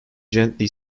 gently